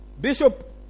Bishop